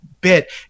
bit